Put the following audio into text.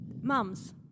Mums